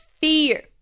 fear